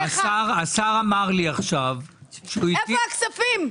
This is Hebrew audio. איפה הכספים?